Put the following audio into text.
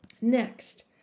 Next